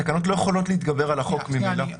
התקנות לא יכולות להתגבר על החוק ממילא.